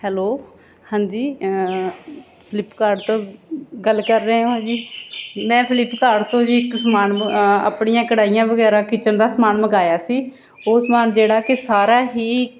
hello ਹਾਂਜੀ Flipkart ਤੋਂ ਗੱਲ ਕਰ ਰਹੇ ਹੋ ਜੀ ਮੈ ਫਲਿੱਪਕਾਰਟ ਤੋਂ ਜੀ ਇੱਕ ਸਮਾਨ ਆਪਣੀਆਂ ਕੜਾਹੀਆਂ ਵਗੈਰਾ ਕਿਚਨ ਦਾ ਸਮਾਨ ਮੰਗਵਾਇਆ ਸੀ ਉਹ ਸਮਾਨ ਜਿਹੜਾ ਕਿ ਸਾਰਾ ਹੀ